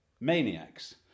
maniacs